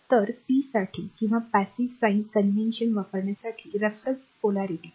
तर p साठी किंवा passive साइन कॉन्व्हेन्शन वापरण्यासाठी reference polarityसंदर्भ ध्रुवीय